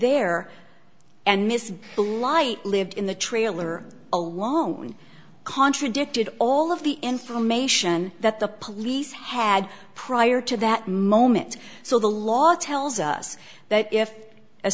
there and missed the light lived in the trailer alone contradicted all of the information that the police had prior to that moment so the law tells us that if a